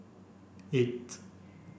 eight